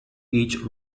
each